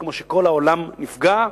כמו שכל העולם נפגע,